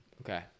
okay